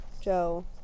Joe